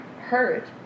hurt